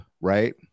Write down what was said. right